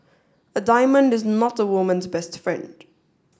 a diamond is not a woman's best friend